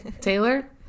Taylor